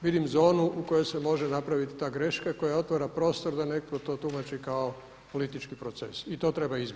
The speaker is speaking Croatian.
Vidim zonu u kojoj se može napraviti ta greška koja otvara prostor da netko to tumači kao politički proces i to treba izbjeći.